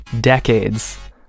decades